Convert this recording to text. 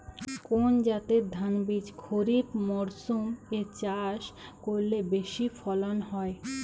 কোন জাতের ধানবীজ খরিপ মরসুম এ চাষ করলে বেশি ফলন হয়?